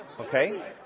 okay